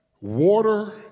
Water